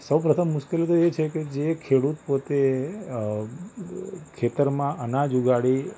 સૌપ્રથમ મુશ્કેલી તો એ છે કે જે ખેડૂત પોતે અ ખેતરમાં અનાજ ઉગાડી